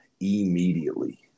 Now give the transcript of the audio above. immediately